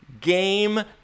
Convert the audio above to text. Game